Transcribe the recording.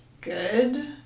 good